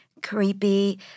creepy